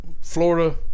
Florida